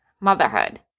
motherhood